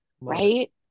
Right